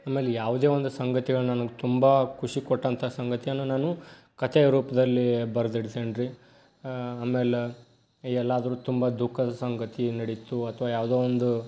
ಆಮೇಲೆ ಯಾವುದೇ ಒಂದು ಸಂಗತಿಗಳು ನನಗೆ ತುಂಬ ಖುಷಿ ಕೊಟ್ಟಂಥ ಸಂಗತಿಯನ್ನು ನಾನು ಕಥೆಯ ರೂಪದಲ್ಲಿ ಬರ್ದಿಡ್ತೀನ್ರಿ ಆಮೇಲೆ ಎಲ್ಲಾದ್ರೂ ತುಂಬ ದುಃಖದ ಸಂಗತಿ ನಡೀತು ಅಥವಾ ಯಾವುದೋ ಒಂದು